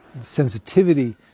sensitivity